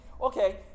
Okay